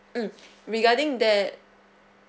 mm regarding that